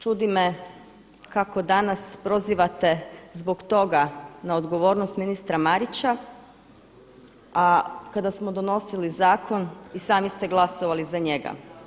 Čudi me kako danas prozivate zbog toga na odgovornost ministra Marića a kada smo donosili zakon i sami ste glasovali za njega.